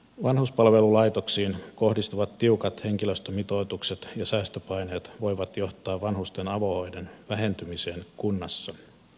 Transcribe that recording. vanhuspalvelulaitoksiin kohdistuvat tiukat henkilöstömitoitukset ja säästöpaineet voivat johtaa vanhusten avohoidon vähentymiseen kunnassa